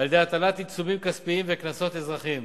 על-ידי הטלת עיצומים כספיים וקנסות אזרחיים.